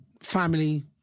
family